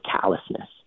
callousness